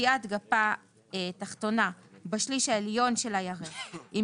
קטיעת גפה תחתונה בשליש העליון של הירך עם